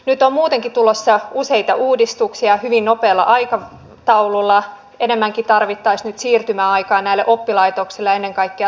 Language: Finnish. nyt on muutenkin tulossa useita uudistuksia hyvin nopealla aikataululla enemmänkin tarvittaisiin nyt siirtymäaikaa näille oppilaitoksille ja ennen kaikkea työrauhaa